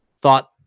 thought